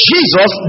Jesus